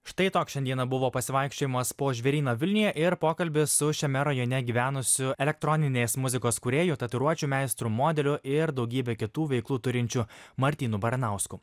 štai toks šiandieną buvo pasivaikščiojimas po žvėryną vilniuje ir pokalbis su šiame rajone gyvenusiu elektroninės muzikos kūrėju tatuiruočių meistru modeliu ir daugybę kitų veiklų turinčiu martynu baranausku